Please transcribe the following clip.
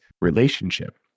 relationship